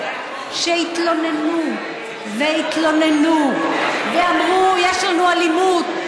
שהתלוננו והתלוננו ואמרו: יש לנו אלימות,